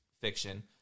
fiction